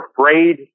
afraid